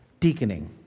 deaconing